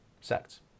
sects